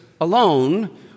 alone